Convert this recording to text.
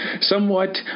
Somewhat